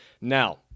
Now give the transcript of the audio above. Now